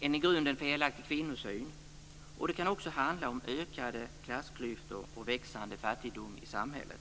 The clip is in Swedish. en i grunden felaktig kvinnosyn. Det kan också handla om ökade klassklyftor och om en växande fattigdom i samhället.